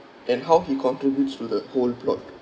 and how he contributes to the whole plot